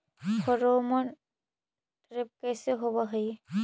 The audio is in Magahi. फेरोमोन ट्रैप कैसे होब हई?